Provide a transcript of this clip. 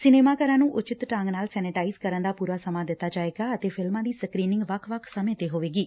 cinema ਘਰਾਂ ਨੂੰ ਉਚਿਤ ਢੰਗ ਨਾਲ ਸੈਨੇਟਾਇਜ ਕਰਨ ਪੁਰਾ ਸਮਾਂ ਦਿੱਤਾ ਜਾਏਗਾ ਅਤੇ ਫਿਲਮਾਂ ਦੀ ਸਕਰੀਨਿੰਗ ਵੱਖ ਵੱਖ ਸਮੇਂ ਤੇ ਹੋਵੇਗੀ